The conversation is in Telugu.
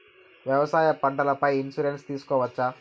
వ్యవసాయ పంటల పై ఇన్సూరెన్సు తీసుకోవచ్చా?